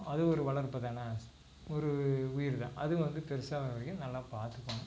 அதுவும் ஒரு வளர்ப்பு தான் ஒரு உயிர் தான் அதுவும் வந்து பெருசாக வர்ற வரைக்கும் நல்லா பாத்துக்கணும்